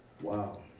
wow